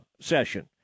session